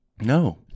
no